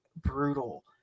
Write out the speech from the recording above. brutal